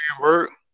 work